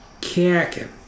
kicking